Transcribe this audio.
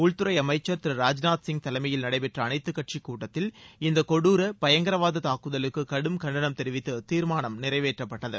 உள்துறை அமைச்சர் திரு ராஜ்நாத் சிங் தலைமையில் நடைபெற்ற அனைத்துக் கட்சிக் கூட்டத்தில் இந்த கொடுர பயங்கரவாதத் தாக்குதலுக்கு கடும் கண்டனம் தெரிவித்து தீர்மானம் நிறைவேற்றப்பட்டது